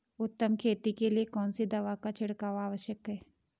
उत्तम खेती के लिए कौन सी दवा का छिड़काव आवश्यक है?